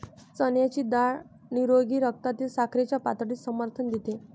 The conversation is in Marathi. चण्याची डाळ निरोगी रक्तातील साखरेच्या पातळीस समर्थन देते